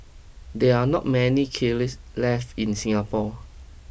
there are not many kilns left in Singapore